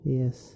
yes